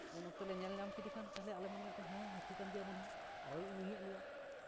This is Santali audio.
ᱩᱱ ᱚᱠᱛᱚ ᱞᱮ ᱧᱮᱞ ᱧᱟᱢ ᱠᱮᱫᱮ ᱠᱷᱟᱱ ᱟᱞᱮ ᱢᱟᱞᱮ ᱢᱮᱱ ᱠᱮᱫ ᱦᱮᱸ ᱦᱟᱹᱛᱤ ᱠᱟᱱ ᱜᱮᱭᱟᱭ ᱢᱚᱱᱮ ᱦᱚᱭ ᱟᱨᱚᱭ ᱩᱭᱩᱝᱮᱫ ᱞᱮᱭᱟ